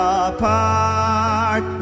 apart